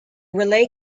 relay